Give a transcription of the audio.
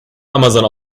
amazon